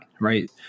right